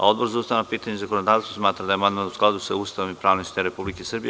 Odbor za ustavna pitanja i zakonodavstvo smatra da je amandman u skladu sa Ustavom i pravnim sistemom Republike Srbije.